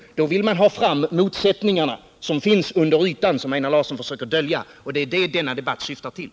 Nej, då vill man ha fram motsättningarna som finns under ytan och som Einar Larsson försöker dölja, och det är det som denna debatt syftar till.